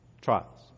trials